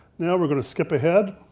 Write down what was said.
now we're gonna skip ahead,